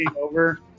over